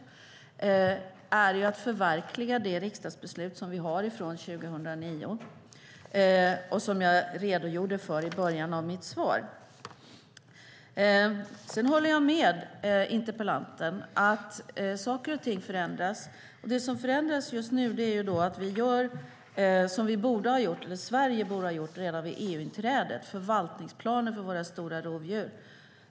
Där jobbar också våra expertmyndigheter på ett förtroendeingivande och bra sätt. Jag håller med interpellanten om att saker och ting förändras. Det som förändras just nu är att vi gör det som Sverige borde ha gjort redan vid EU-inträdet, nämligen en förvaltningsplan för våra stora rovdjur.